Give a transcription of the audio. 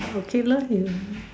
okay lah you